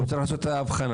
הוא צריך לעשות את האבחון.